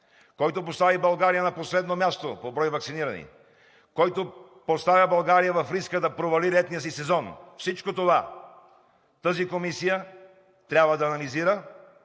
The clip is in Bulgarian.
който постави България на последно място по брой ваксинирани, който поставя България в риска да провали летния си сезон, всичко това тази комисия трябва да анализира,